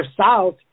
south